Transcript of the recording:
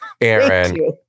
Aaron